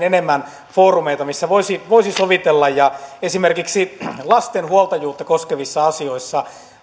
enemmän foorumeita missä voisi voisi sovitella esimerkiksi lasten huoltajuutta koskevissa asioissa